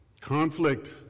Conflict